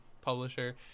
publisher